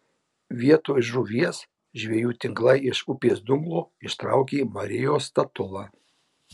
vietoj žuvies žvejų tinklai iš upės dumblo ištraukė marijos statulą